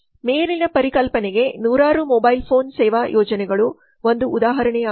ಮೇಲಿನ ಪರಿಕಲ್ಪನೆಗೆ ನೂರಾರು ಮೊಬೈಲ್ ಫೋನ್ ಸೇವಾ ಯೋಜನೆಗಳು ಒಂದು ಉದಾಹರಣೆಯಾಗಿದೆ